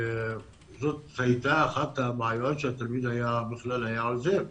זו הייתה אחת הבעיות שהתלמיד היה עוזב.